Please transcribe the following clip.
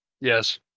Yes